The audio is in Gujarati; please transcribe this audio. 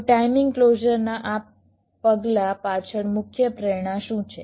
તો ટાઇમિંગ ક્લોઝરના આ પગલા પાછળ મુખ્ય પ્રેરણા શું છે